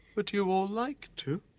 would you all like to?